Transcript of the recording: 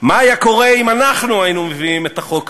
"מה היה קורה אם אנחנו היינו מביאים את החוק הזה?